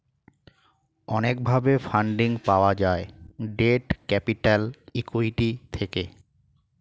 অনেক ভাবে ফান্ডিং পাওয়া যায় ডেট ক্যাপিটাল, ইক্যুইটি থেকে